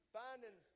finding